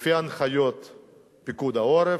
לפי הנחיות פיקוד העורף,